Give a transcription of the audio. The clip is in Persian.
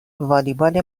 والیبال